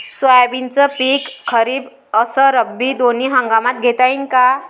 सोयाबीनचं पिक खरीप अस रब्बी दोनी हंगामात घेता येईन का?